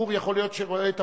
כך כתוב